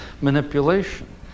manipulation